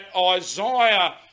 Isaiah